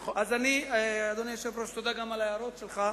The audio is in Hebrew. נכון, אדוני היושב-ראש, תודה על ההערות שלך.